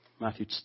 Matthew